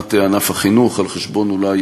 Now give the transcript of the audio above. דוגמת ענף החינוך, על חשבון, אולי,